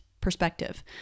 perspective